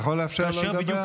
אני עוצר את השעון.